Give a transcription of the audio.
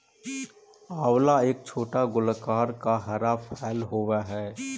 आंवला एक छोटा गोलाकार का हरा फल होवअ हई